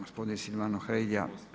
Gospodin Silvano Hrelja.